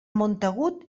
montagut